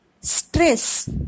stress